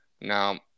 Now